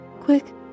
Quick